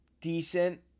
decent